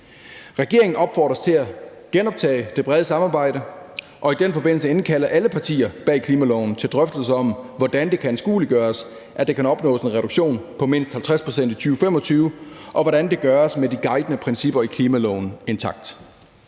Regeringen opfordres til at genoptage det brede samarbejde og i den forbindelse indkalde alle partier bag klimaloven til drøftelser om, hvordan det kan anskueliggøres, at der kan opnås en reduktion på mindst 50 pct. i 2025, og hvordan det gøres med de guidende principper i klimaloven intakt.«